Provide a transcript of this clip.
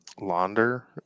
launder